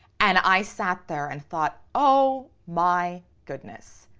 and i sat there and thought, oh, my goodness,